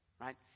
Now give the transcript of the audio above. right